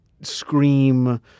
scream